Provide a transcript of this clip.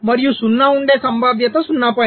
5 మరియు 0 ఉండే సంభావ్యత 0